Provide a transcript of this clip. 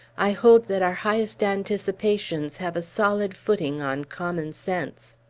i hold that our highest anticipations have a solid footing on common sense.